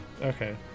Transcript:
Okay